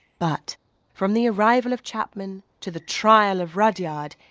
but from the arrival of chapman to the trial of rudyard,